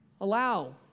allow